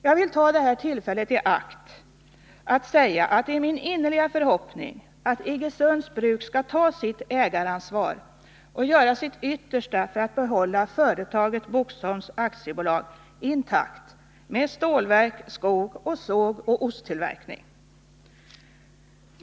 Jag vill ta detta tillfälle i akt att säga att det är min innerliga förhoppning att Iggesunds bruk skall ta sitt ägaransvar och göra sitt yttersta för att behålla företaget Boxholms AB intakt med stålverk, skog, såg och osttillverkning.